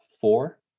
four